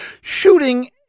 shooting